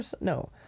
No